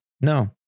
No